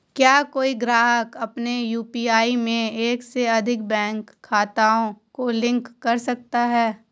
क्या कोई ग्राहक अपने यू.पी.आई में एक से अधिक बैंक खातों को लिंक कर सकता है?